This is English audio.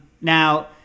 now